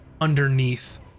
underneath